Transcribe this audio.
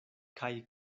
kaj